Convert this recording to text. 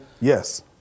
Yes